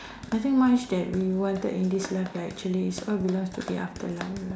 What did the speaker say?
I think much that we wanted in this life right but actually is all belongs to the afterlife